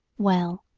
well,